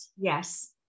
Yes